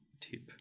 tip